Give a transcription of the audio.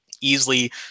easily